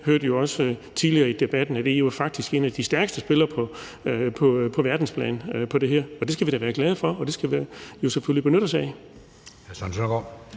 hørte jo også tidligere i debatten, at EU faktisk er en af de stærkeste spillere på verdensplan på det her område, og det skal vi da være glade for, og det skal vi selvfølgelig benytte os af.